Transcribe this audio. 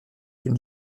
une